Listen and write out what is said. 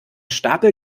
stapel